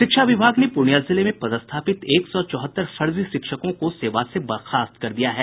शिक्षा विभाग ने पूर्णियां जिले में पदस्थापित एक सौ चौहत्तर फर्जी शिक्षकों को सेवा से बर्खास्त कर दिया है